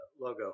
logo